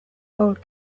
old